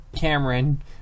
Cameron